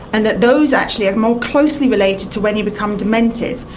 and that those actually are more closely related to when you become demented.